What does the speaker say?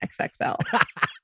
XXL